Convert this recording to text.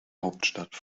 hauptstadt